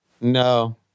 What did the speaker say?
No